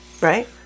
Right